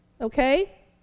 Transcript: Okay